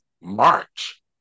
march